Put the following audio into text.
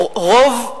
רוב,